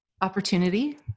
Opportunity